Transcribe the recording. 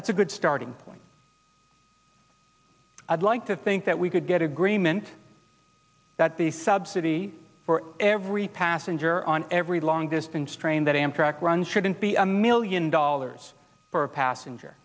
that's a good starting point i'd like to think that we could get agreement that the subsidy for every passenger on every long distance train that amtrak runs shouldn't be a million dollars for passenger